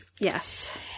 Yes